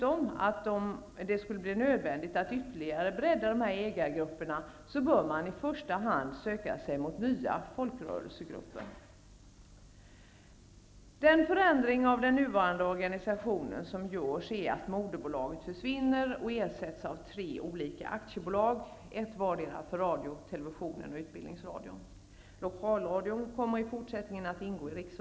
Om det skulle bli nödvändigt att ytterligare bredda ägargrupperna, bör man i första hand söka sig mot nya folkrörelsegrupper. Den förändring som görs av den nuvarande organisationen är att moderbolaget försvinner och ersätts av tre olika aktiebolag. Ett vardera för radio, televisionen och utbildningsradion.